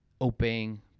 obeying